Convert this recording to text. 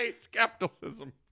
skepticism